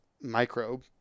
microbe